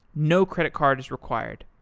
no credit card is required.